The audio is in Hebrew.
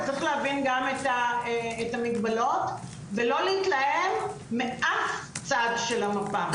אבל צריך להבין גם את המגבלות ולא להתלהם מאף צד של המפה.